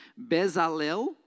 Bezalel